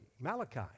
Malachi